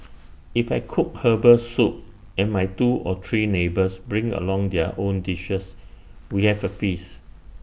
if I cook Herbal Soup and my two or three neighbours bring along their own dishes we have A feast